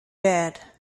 bed